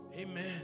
Amen